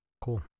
Cool